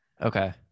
Okay